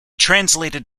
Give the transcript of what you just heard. translated